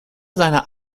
seiner